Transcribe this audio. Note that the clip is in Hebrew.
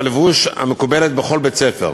הלבוש המקובל בכל בית-ספר.